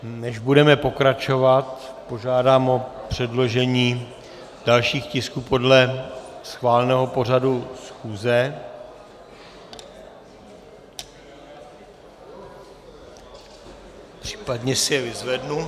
Než budeme pokračovat, požádám o předložení dalších tisků podle schváleného pořadu schůze případně si je vyzvednu.